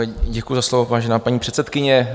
Děkuji za slovo, vážená paní předsedkyně.